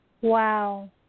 Wow